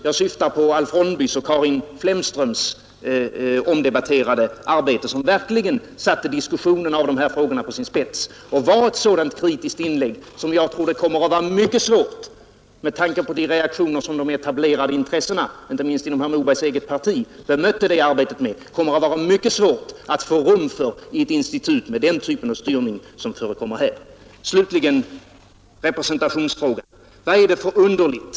Jag syftar på Alf Ronnbys och Karin Flemströms omdebatterade arbete, som verkligen satte diskussionen av de här frågorna på sin spets och var ett sådant kritiskt inlägg som det — med tanke på de reaktioner som de etablerade intressena, inte minst inom herr Mobergs eget parti, mötte det här arbetet med — kommer att vara mycket svårt att få rum för i ett institut med den typ av styrning som förekommer här. Slutligen representationsfrågan! Vad är det för underligt?